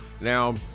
Now